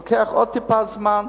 זה לוקח עוד טיפה זמן.